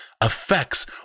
affects